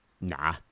Nah